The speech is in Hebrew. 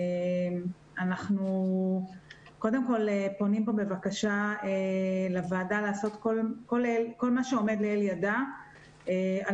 אנחנו פונים פה בבקשה לוועדה לעשות כל מה שיש לאל ידה על